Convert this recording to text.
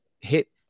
hit